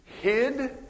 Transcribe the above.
hid